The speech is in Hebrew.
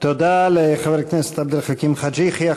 תודה לחבר הכנסת עבד אל חכים חאג' יחיא.